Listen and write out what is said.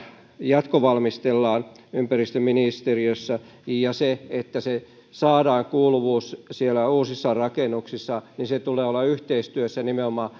jatkovalmistellaan ympäristöministeriössä ja siinä että saadaan kuuluvuus siellä uusissa rakennuksissa tulee olla yhteistyössä nimenomaan